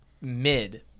mid